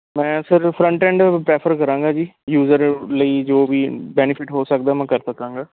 ਮੈਂ sir front end prefer ਕਰਾਂਗਾ ਜੀ ਯੂਜਰ ਲਈ ਜੋ ਵੀ ਬੈਨੀਫਿਟ ਹੋ ਸਕਦਾ ਮੈਂ ਕਰ ਸਕਾਂਗਾ